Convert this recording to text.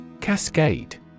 Cascade